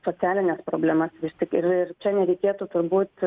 socialines problemas vis tik ir ir čia nereikėtų turbūt